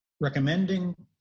recommending